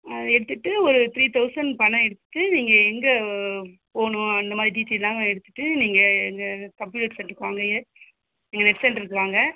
ஆ எடுத்துகிட்டு ஒரு three thousand பணம் எடுத்துகிட்டு நீங்கள் எங்கே போகணும் அந்த மாதிரி டீட்டைல்லாம் எடுத்துகிட்டு நீங்கள் எங்கள் கம்ப்யூட்டர் சென்டர்க்கு வாங்க எ எங்கள் நெட் சென்டர்க்கு வாங்க